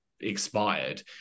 expired